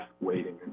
waiting